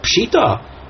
Pshita